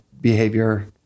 behavior